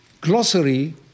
glossary